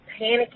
panicking